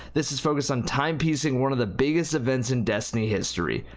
this is focused on time piecing one of the biggest events in destiny's history!